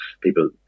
people